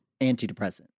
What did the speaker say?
Antidepressant